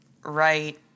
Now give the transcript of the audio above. right